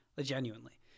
genuinely